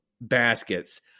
baskets